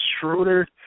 Schroeder